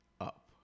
up